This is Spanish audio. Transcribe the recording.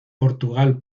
portugal